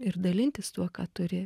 ir dalintis tuo ką turi